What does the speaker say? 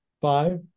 Five